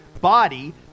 body